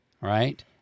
right